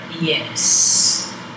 Yes